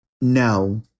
no